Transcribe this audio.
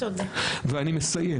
ואני מסיים